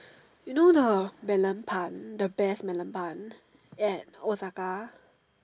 you know the melon pan the best melon pan at Osaka